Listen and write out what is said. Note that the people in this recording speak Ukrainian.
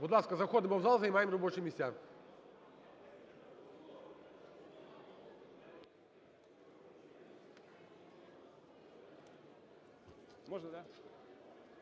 Будь ласка, заходимо в зал і займаємо робочі місця.